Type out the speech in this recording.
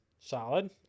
solid